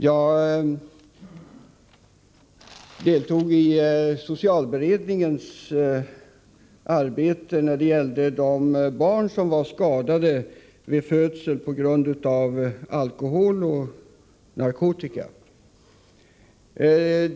Jag deltog också i socialberedningens arbete när det gällde de barn som är skadade vid födseln på grund av moderns alkoholeller narkotikabruk.